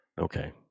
Okay